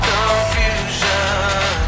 Confusion